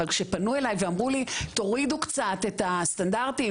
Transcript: אבל כשפנו אליי ואמרו לי תורידו קצת את הסטנדרטים,